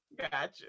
Gotcha